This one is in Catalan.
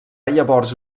llavors